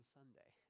Sunday